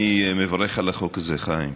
אני מברך על החוק הזה, חיים,